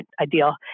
ideal